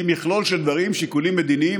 מכלול של דברים: שיקולים מדיניים,